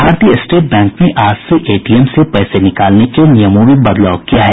भारतीय state bank ने आज से एटीएम से पैसे निकालने के नियमों में बदलाव किया है